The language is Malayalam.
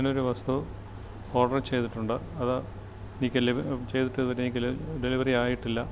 ഞാൻ ഒരു വസ്തു ഓർഡർ ചെയ്തിട്ടുണ്ട് അത് എനിക്ക് ചെയ്തിട്ട് ഇതുവരേക്കും ഡെലിവറി ആയിട്ടില്ല